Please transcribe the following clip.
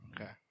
Okay